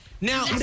now